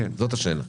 זאת השאלה.